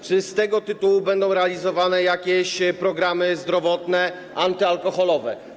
Czy z tego tytułu będą realizowane jakieś programy zdrowotne, antyalkoholowe?